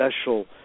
special